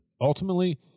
ultimately